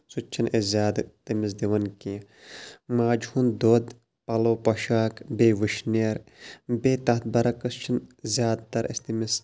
سُہ تہِ چھِنہٕ أسۍ زیادٕ أمِس دِوان کیٚنہہ ماجہِ ہُنٛد دۄد پَلَو پوشاک بیٚیہِ وُشنیر بیٚیہِ تَتھ برعقس چھِنہٕ زیادٕ تَر أسۍ تٔمِس